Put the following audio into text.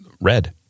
Red